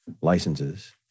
licenses